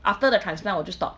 after the transplant 我就 stop